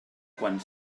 quan